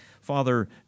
Father